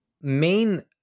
main